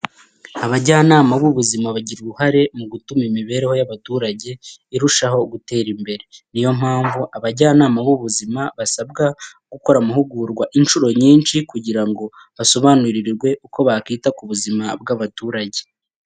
Abajyanama b'ubuzima bagira uruhare mu gutuma imibereho y'abaturage irushaho gutera imbere. Niyo mpamvu abajyanama b'ubuzima basabwa gukora amahugurwa inshuro nyinshi kugira ngo basobanurirwe uko bakwita ku baturage.